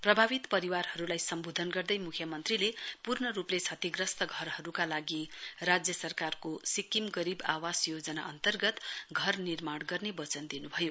प्रभावित परिवारहरूलाई सम्वोधन गर्दै मुख्यमन्त्रीले पूर्ण रूपले क्षतिग्रस्त घरहरूका लागि राज्य सरकारको सिक्किम गरीब आवास योजना अन्तर्गत घर निर्माण गर्ने बचन दिनुभयो